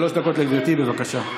שלוש דקות לגברתי, בבקשה.